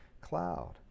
cloud